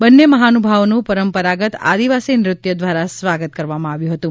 bun મહાનુભાવોનું પરંપરાગત આદિવાસી નૃત્ય દ્વારા સ્વાગત કરવામાં આવ્યું હતું